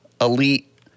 elite